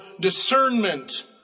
discernment